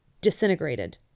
disintegrated